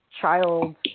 child